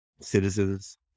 citizens